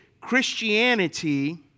Christianity